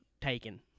taken